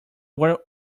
were